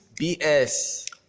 bs